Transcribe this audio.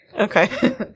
Okay